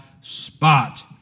spot